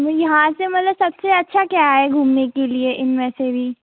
यहाँ से मतलब सब से अच्छा क्या है घूमने के लिए इनमें से भी